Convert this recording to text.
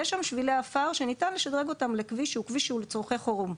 יש שם שבילי עפר שניתן לשדרג אותם לכביש שהוא כביש לצרכי חירום.